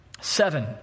Seven